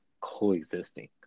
coexisting